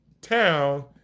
town